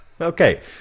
Okay